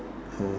oh